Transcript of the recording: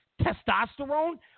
testosterone